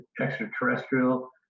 extraterrestrial